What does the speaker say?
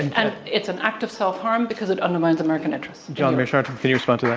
and it's an act of self-harm because it undermines american interests. john mearsheimer, can you respond